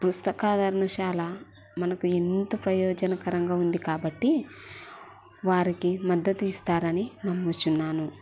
పుస్తకాదరణశాల మనకు ఇంత ప్రయోజనకరంగా ఉంది కాబట్టి వారికి మద్దతు ఇస్తారని నమ్ముచున్నాను